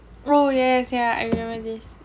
oh yes yeah I remember this